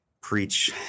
preach